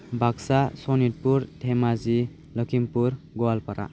Baksa Sonitpur Dhemaji Lakhimpur Goalpara